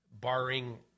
barring